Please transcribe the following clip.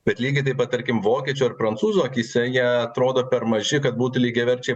bet lygiai taip pat tarkim vokiečių ar prancūzų akyse jie atrodo per maži kad būti lygiaverčiai